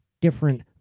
different